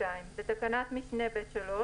התשלום הרבעוני בעד אותו רבעון במועד לפי תקנת משנה (ב1),